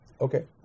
Okay